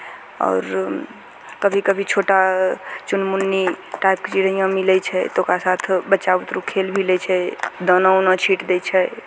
आओर कभी कभी छोटा चुनमुन्नी टाइपके चिड़ैयाँ मिलै छै तऽ ओकरा साथ बच्चा बुतरू खेल भी लै छै दाना उना छीँटि दै छै